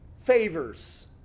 favors